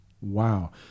Wow